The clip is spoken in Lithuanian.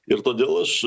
ir todėl aš